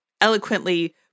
eloquently